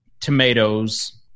tomatoes